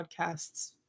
podcasts